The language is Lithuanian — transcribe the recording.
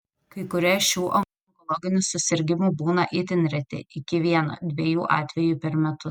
kai kurie šių onkologinių susirgimų būna itin reti iki vieno dviejų atvejų per metus